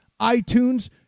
iTunes